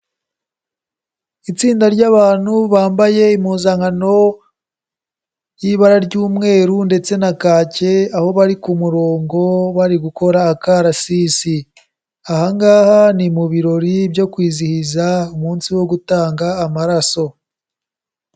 Itsinda ry'abantu bambaye impuzankano y'ibara ry'umweru ndetse na kake, aho bari ku murongo bari gukora akarasisi. Aha ngaha ni mu birori byo kwizihiza umunsi wo gutanga amaraso.